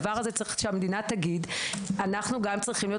צריך שהמדינה תגיד: 'אנחנו גם צריכים להיות